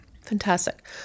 Fantastic